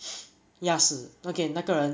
压死 okay 那个人